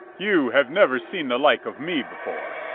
you have never seen the like of me before!